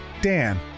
Dan